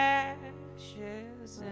ashes